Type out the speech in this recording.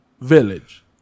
village